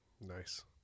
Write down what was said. Nice